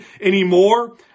anymore